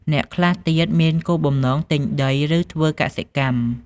អ្នកខ្លះទៀតមានគោលបំណងទិញដី ឬធ្វើកសិកម្ម។